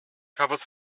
cafodd